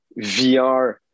VR